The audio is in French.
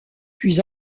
puis